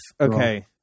Okay